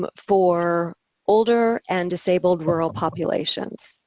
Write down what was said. but for older and disabled rural populations.